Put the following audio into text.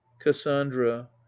cassandra